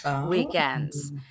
weekends